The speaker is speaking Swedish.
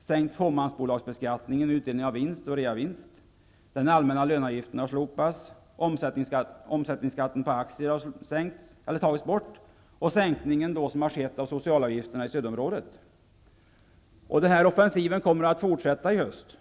sänkningen av fåmansbolagsbeskattningen vid utdelning av vinst och reavinst. Den allmänna löneavgiften har slopats, omsättningsskatten på aktier har tagits bort, och det har skett en sänkning av socialavgifterna i stödområdet. Den här offensiven kommer att fortsätta i höst.